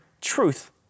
truth